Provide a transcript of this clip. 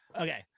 okay